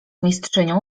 mistrzynią